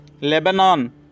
Lebanon